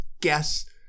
guess